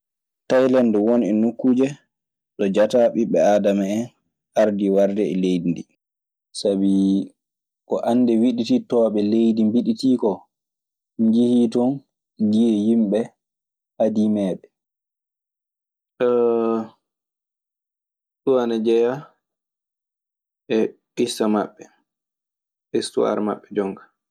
Tayilande won e nokkuuje ɗo jaata ɓiɓɓe aadama hen ardii warde e leydi ndii. Sabi ko annde widitittooɓe mbiɗitii koo njehi ton, njiyoyi yimɓe adiimeeɓe. Ɗun ana jeyaa e issa maɓɓe, istuwaar maɓɓe jonka.